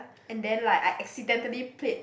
and then like I accidentally played